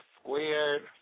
squared